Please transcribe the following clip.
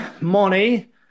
money